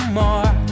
more